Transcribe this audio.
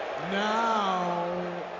now